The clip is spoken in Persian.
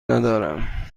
ندارم